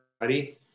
ready